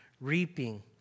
reaping